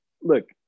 Look